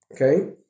Okay